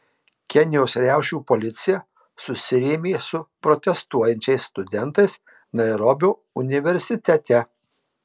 kenijos riaušių policija susirėmė su protestuojančiais studentais nairobio universitete